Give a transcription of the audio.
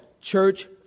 Church